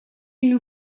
une